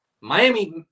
Miami